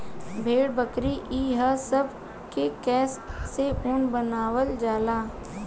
भेड़, बकरी ई हे सब के केश से ऊन बनावल जाला